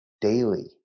daily